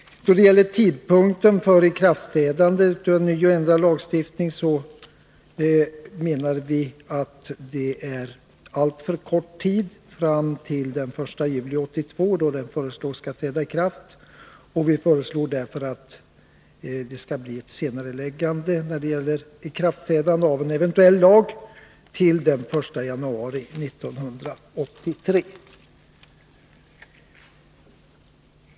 lagstiftning anser vi att det är alltför kort tid fram till den 1 juli 1982. Vi föreslår därför att ikraftträdandet av en eventuell ny lag senareläggs till den 1 januari 1983.